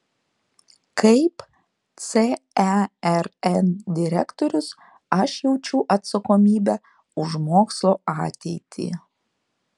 kaip cern direktorius aš jaučiu atsakomybę už mokslo ateitį